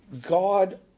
God